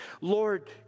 Lord